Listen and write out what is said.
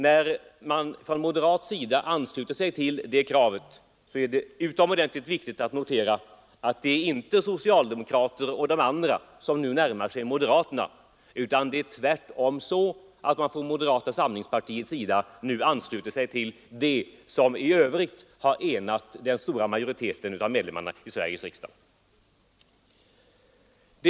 När moderaterna ansluter sig till det här kravet, är det utomordentligt viktigt att notera att det är inte socialdemokraterna och de andra som nu närmar sig moderaterna, utan det är tvärtom så att man från moderata samlingspartiets sida nu ansluter sig till vad som redan tidigare har enat den stora majoriteten av ledamöterna i Sveriges riksdag.